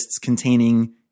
containing